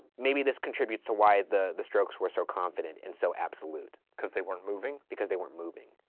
maybe this contributes to why the the stokes were so confident, and so absolute. cause they weren't moving? because they weren't moving.